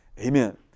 Amen